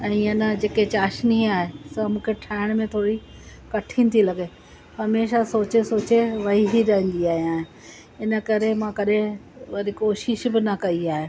ऐं इअं न जेके चाशिनी आहे सो मूंखे ठाहिण में थोरी कठिन थी लॻे हमेशह सोचे सोचे वेई ई रहंदी आहियां इनकरे मां कॾहिं वरी कोशिशि बि न कई आहे